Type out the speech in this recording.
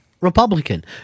Republican